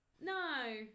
No